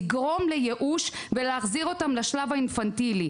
לגרום לייאוש ולהחזיר אותם לשלב האינפנטילי,